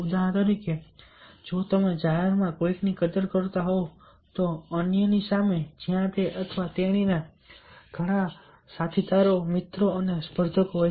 ઉદાહરણ તરીકે જો તમે જાહેરમાં કોઈકની કદર કરતા હોવ તો અન્યની સામે જ્યાં તે અથવા તેણીના ઘણા સાથીદારો મિત્રો અને સ્પર્ધકો હોય